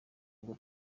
ngo